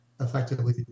effectively